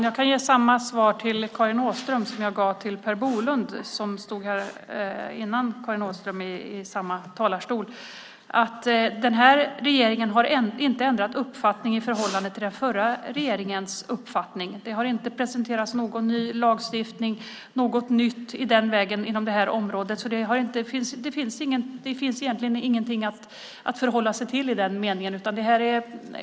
Herr talman! Jag kan ge samma svar till Karin Åström som jag gav till Per Bolund, som stod här innan Karin Åström i samma talarstol, att den här regeringen inte har ändrat uppfattning i förhållande till den förra regeringens uppfattning. Det har inte presenterats någon ny lagstiftning, något nytt i den vägen inom det här området. Det finns egentligen ingenting att förhålla sig till i den meningen.